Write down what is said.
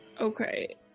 Okay